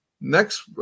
next